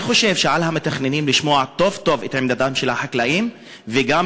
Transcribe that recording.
אני חושב שעל המתכננים לשמוע טוב-טוב את עמדתם של החקלאים וגם